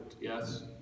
yes